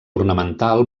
ornamental